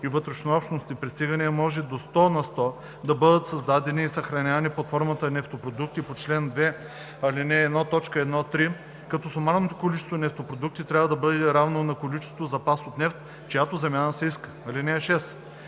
и вътрешнообщностни пристигания, може до 100 на сто да бъдат създавани и съхранявани под формата на нефтопродукти по чл. 2, ал. 1, т. 1 – 3, като сумарното количество нефтопродукти трябва да бъде равно на количеството запас от нефт, чиято замяна се иска.